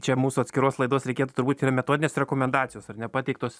čia mūsų atskiros laidos reikėtų turbūt yra metodinės rekomendacijos ar ne pateiktos